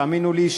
תאמינו לי,